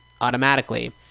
automatically